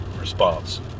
response